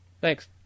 Thanks